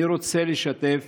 אני רוצה לשתף